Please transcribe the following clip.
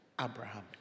Abraham